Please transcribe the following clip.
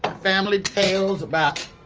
family tales about.